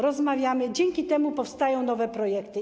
Rozmawiamy i dzięki temu powstają nowe projekty.